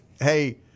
hey